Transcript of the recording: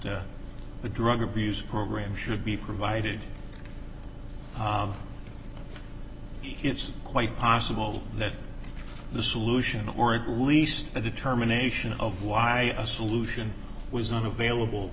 the drug abuse program should be provided it's quite possible that the solution or at least a determination of why a solution was not available